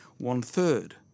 One-third